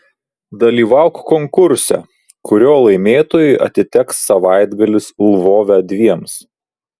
dalyvauk konkurse kurio laimėtojui atiteks savaitgalis lvove dviems